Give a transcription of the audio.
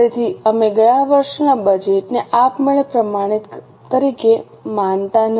તેથી અમે ગયા વર્ષના બજેટને આપમેળે પ્રમાણિત તરીકે માનતા નથી